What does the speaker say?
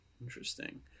interesting